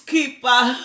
Keeper